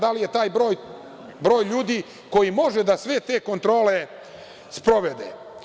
Da li je taj broj ljudi koji može da sve te kontrole sprovede?